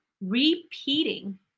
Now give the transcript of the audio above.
repeating